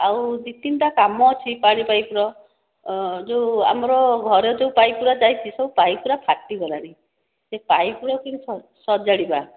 ଆଉ ଦୁଇ ତିନିଟା କାମ ଅଛି ପାଣି ପାଇପ୍ ର ଯେଉଁ ଆମର ଘରେ ଯେଉଁ ପାଇପ୍ ଗୁଡ଼ା ଯାଇଛି ସେ ପାଇପ୍ ଗୁଡ଼ା ଫାଟିଗଲାଣି ସେ ପାଇପ୍ ଗୁଡ଼ା କେମିତି ସଜାଡ଼ିବା